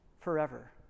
forever